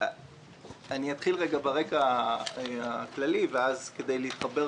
אתחיל ברקע הכללי כדי להתחבר